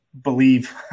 believe